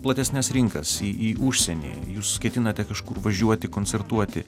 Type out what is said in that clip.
platesnes rinkas į į užsienį jūs ketinate kažkur važiuoti koncertuoti